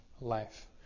life